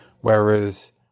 whereas